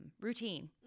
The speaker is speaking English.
routine